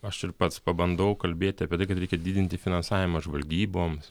aš ir pats pabandau kalbėti apie tai kad reikia didinti finansavimą žvalgyboms